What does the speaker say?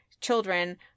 children